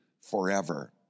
forever